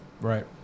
Right